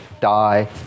die